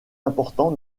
important